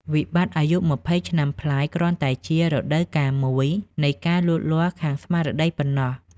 វិបត្តិអាយុ២០ឆ្នាំប្លាយគ្រាន់តែជា "រដូវកាលមួយ" នៃការលូតលាស់ខាងស្មារតីប៉ុណ្ណោះ។